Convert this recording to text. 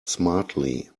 smartly